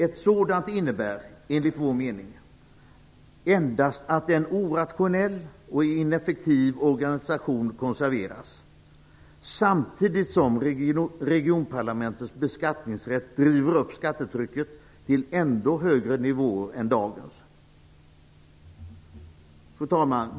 Ett sådant innebär, enligt vår mening, endast att en orationell och ineffektiv organisation konserveras, samtidigt som regionparlamentets beskattningsrätt driver upp skattetrycket till ändå högre nivåer än dagens. Fru talman!